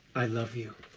i love you.